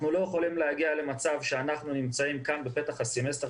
אנחנו לא יכולים להגיע למצב שאנחנו נמצאים כאן בפתח הסמסטר